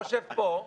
בוא שב פה.